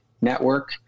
Network